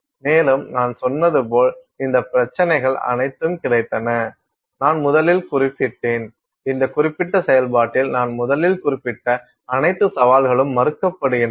மேலும் நான் சொன்னது போல் இந்த பிரச்சினைகள் அனைத்தும் கிடைத்தன நான் முதலில் குறிப்பிட்டேன் இந்த குறிப்பிட்ட செயல்பாட்டில் நான் முதலில் குறிப்பிட்ட அனைத்து சவால்களும் மறுக்கப்படுகின்றன